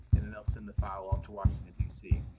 and then they'll send the file off to washington, d c.